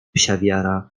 psiawiara